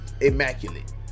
immaculate